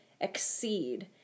exceed